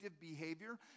behavior